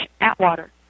Atwater